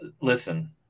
listen